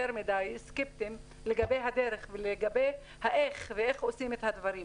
מדי סקפטיים לגבי הדרך ולגבי איך עושים את הדברים.